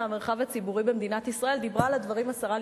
שמספרן 6389,